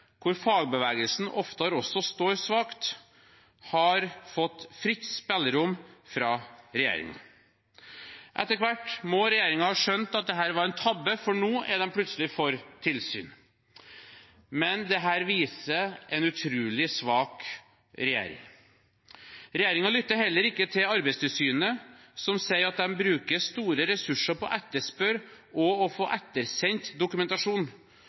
hvor fagbevegelsen ofte også står svakt, har fått fritt spillerom fra regjeringen. Etter hvert må regjeringen ha skjønt at dette var en tabbe, for nå er de plutselig for tilsyn. Men dette viser en utrolig svak regjering. Regjeringen lytter heller ikke til Arbeidstilsynet, som sier at de bruker store ressurser på å etterspørre og å få ettersendt dokumentasjon.